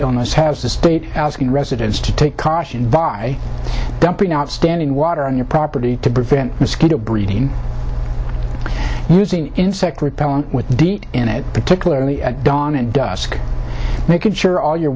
illness has the state asking residents to take caution by dumping out standing water on your property to prevent mosquito breeding using insect repellent with deet in it particularly at dawn and dusk making sure all your